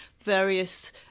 various